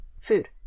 food